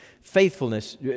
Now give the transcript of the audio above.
faithfulness